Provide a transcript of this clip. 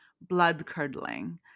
blood-curdling